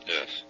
Yes